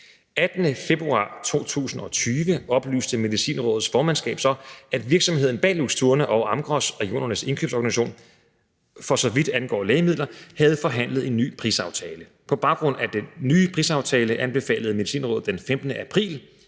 18. februar 2020 oplyste Medicinrådets formandskab så, at virksomheden bag Luxturna og Amgros, regionernes indkøbsorganisation, for så vidt angår lægemidler, havde forhandlet en ny prisaftale. På baggrund af den nye prisaftale anbefalede Medicinrådet den 15. april